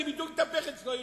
היוצרות בדיוק התהפכו אצלו.